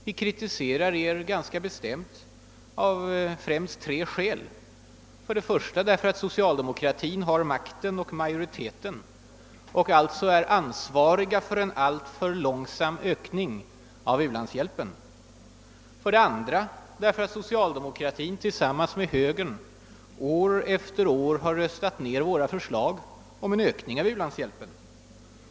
Vi kritiserar er ganska bestämt av främst följande tre skäl: För det första därför att socialdemokratin har makten och majoriteten och alltså är ansvarig för en alltför långsam ökning av u-landshjälpen. För det andra därför att socialdemokratin, tillsammans med högern, år efter år har röstat ned våra förslag om en ökning av u-landshjälpen.